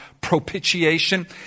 propitiation